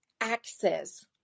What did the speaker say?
access